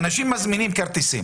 אנשים מזמינים כרטיסים,